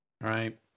Right